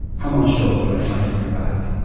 how much dope will i find in your bag?